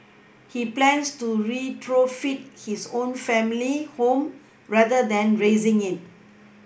he plans to retrofit his own family home rather than razing it